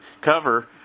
cover